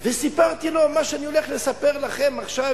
וסיפרתי לו מה שאני הולך לספר לכם עכשיו,